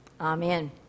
Amen